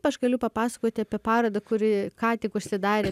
aš galiu papasakoti apie parodą kuri ką tik užsidarė